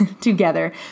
together